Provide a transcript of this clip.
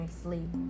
sleep